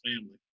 family